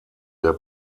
der